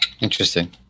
Interesting